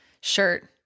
shirt